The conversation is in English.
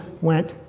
went